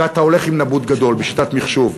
ואתה הולך עם נבוט גדול בשיטת מחשוב.